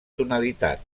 tonalitat